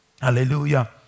Hallelujah